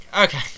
Okay